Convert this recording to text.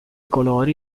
colori